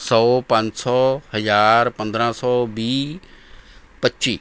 ਸੌ ਪੰਜ ਸੌ ਹਜ਼ਾਰ ਪੰਦਰਾਂ ਸੌ ਵੀਹ ਪੱਚੀ